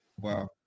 Wow